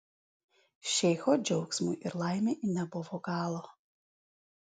šeicho džiaugsmui ir laimei nebuvo galo